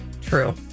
True